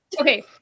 Okay